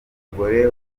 umugore